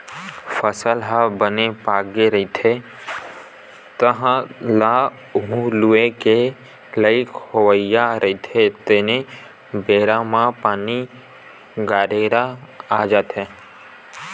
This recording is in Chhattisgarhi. फसल ह बने पाकगे रहिथे, तह ल उही लूए के लइक होवइया रहिथे तेने बेरा म पानी, गरेरा आ जाथे